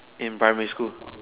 in primary school